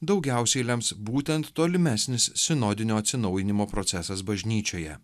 daugiausiai lems būtent tolimesnis sinodinio atsinaujinimo procesas bažnyčioje